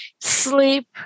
sleep